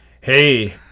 hey